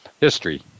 history